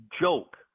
joke